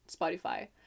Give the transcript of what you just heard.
Spotify